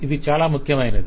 ఇది చాలా ముఖ్యమైనది